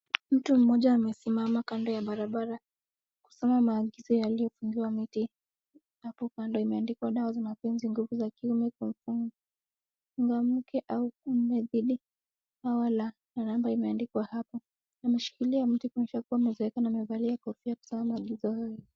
Mtu mmoja amesimama kando ya barabara kusoma maagizo yaliyofungiwa mti hapo kando. Imeandikwa dawa za mapenzi, nguvu za kiume, kufunga mkee, au mume dhidi hawa na namba imeandikwa hapo. Ameshikilia mti kuonyesha kuwa umezeeka na amevalia kofia kusoma maagizo hayo.